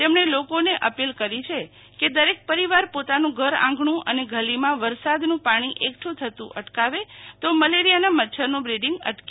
તેમણે લોકોને અપીલ કરી છે કે દરેક પરિવાર પોતાનું ઘર આંગણું અને ગલીમાં વરસાદનું પાણી એકઠું થતું અટકાવે તો મલેરીયાના મચ્છરનું બ્રીડિંગ અટકે